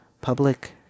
public